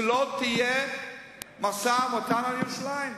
שלא תהיה משא-ומתן על ירושלים.